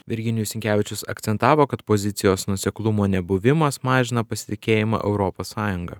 virginijus sinkevičius akcentavo kad pozicijos nuoseklumo nebuvimas mažina pasitikėjimą europos sąjunga